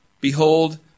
Behold